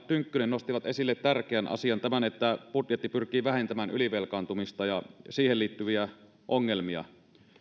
tynkkynen nostivat esille tärkeän asian tämän että budjetti pyrkii vähentämään ylivelkaantumista ja siihen liittyviä ongelmia